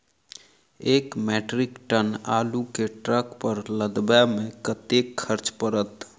एक metric ton आलु केँ ट्रक पर लदाबै मे कतेक खर्च पड़त?